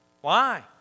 Why